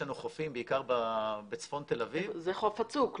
יש לנו חופים בעיקר בצפון תל אביב --- זה חוף הצוק,